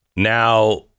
Now